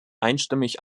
einstimmig